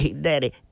daddy